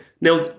Now